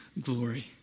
glory